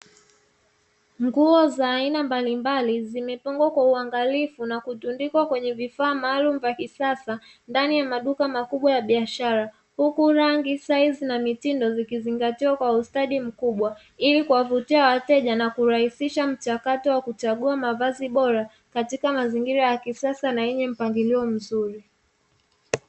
Nguo za aina mbalimbali zimepangwa kwa uangalifu na kutundikwa kwenye vifaa maalumu vya kisasa ndani ya maduka makubwa ya biashara huku rangi saizi na mitindo zimezingatiwa kwa ustadi mkubwa, ili kuwavutia wateja na kurahisisha mchakato wa kuchagua mavazi bora katikati mazingira ya kisasa na yenye mpangilio mzuri.